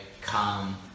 come